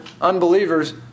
unbelievers